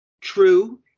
true